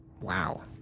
Wow